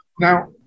Now